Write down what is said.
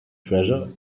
treasure